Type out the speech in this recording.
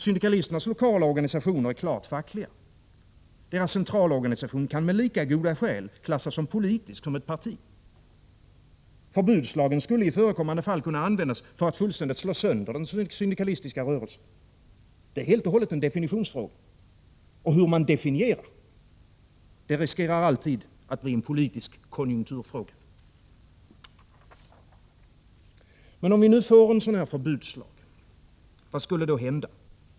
Syndikalisternas lokala organisationer är klart fackliga. Deras centralorganisation kan med lika goda skäl klassas som politisk, som ett parti. Förbudslagen skulle i förekommande fall kunna användas för att fullständigt slå sönder den syndikalistiska rörelsen. Det är helt och hållet en definitionsfråga. Och hur man definierar — det riskerar alltid att bli en politisk konjunkturfråga. Men om vi nu får en förbudslag, vad skulle då hända?